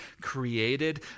created